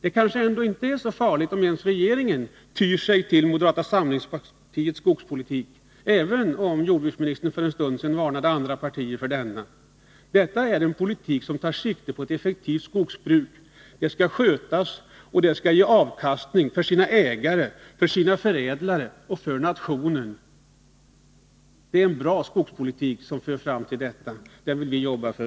Det kanske inte är farligt om t.o.m. regeringen tyr sig till moderata samlingspartiets skogspolitik, även om jordbruksministern för en stund sedan varnade andra partierna för denna. Detta är en politik som tar sikte på ett effektivt skogsbruk. Det skall skötas, och det skall ge avkastning åt sina ägare, sina förädlare och nationen. Det är en bra skogspolitik som för fram till detta. Den vill vi jobba för.